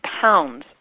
pounds